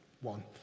one